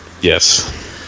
Yes